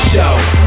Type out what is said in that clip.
Show